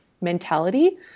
mentality